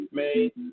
made